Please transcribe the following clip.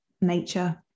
nature